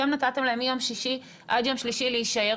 אתם נתתם להם מיום שישי עד יום שלישי להישאר,